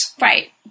Right